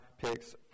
picks